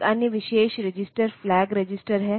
एक अन्य विशेष रजिस्टर फ्लैग रजिस्टर है